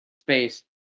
space